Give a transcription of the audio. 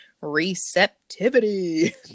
receptivity